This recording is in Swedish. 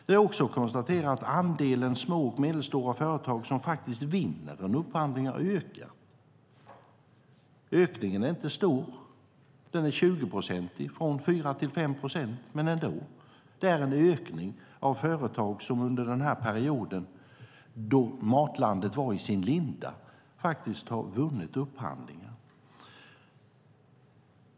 Jag kan konstatera att andelen små och medelstora företag som faktiskt vinner en upphandling har ökat. Ökningen är inte stor, den är 20 procent, från 4 till 5 procent, men ändå. Det är alltså en ökning av företag som under den period då Matlandet Sverige var i sin linda faktiskt har vunnit upphandlingen.